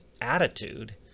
attitude